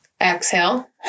Exhale